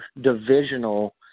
Divisional